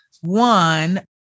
One